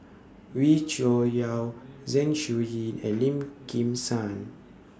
Wee Cho Yaw Zeng Shouyin and Lim Kim San